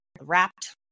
Wrapped